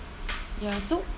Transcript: ya so